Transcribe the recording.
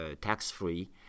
tax-free